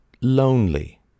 lonely